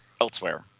elsewhere